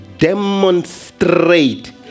Demonstrate